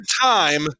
time